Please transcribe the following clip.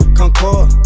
concord